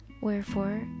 Wherefore